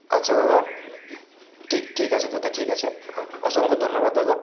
আচ্ছা দাদা ঠিক ঠিক আছে দাদা ঠিক আছে অসংখ্য ধন্যবাদ দাদা